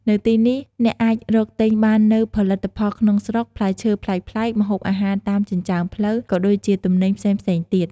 នៅទីនេះ អ្នកអាចរកទិញបាននូវផលិតផលក្នុងស្រុក ផ្លែឈើប្លែកៗ ម្ហូបអាហារតាមចិញ្ចើមផ្លូវ ក៏ដូចជាទំនិញផ្សេងៗទៀត។